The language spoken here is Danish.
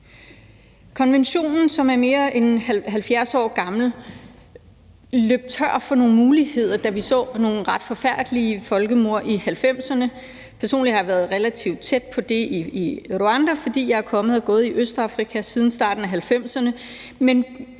konventionen, som er mere end 70 år gammel, løb man tør for nogle muligheder, da vi så nogle ret forfærdelige folkemord i 1990'erne. Personligt har jeg været relativt tæt på det, der skete i Rwanda, fordi jeg er kommet og gået i Østafrika siden starten af 1990'erne.